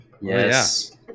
Yes